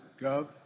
gov